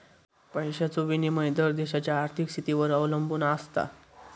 पैशाचो विनिमय दर देशाच्या आर्थिक स्थितीवर अवलंबून आसता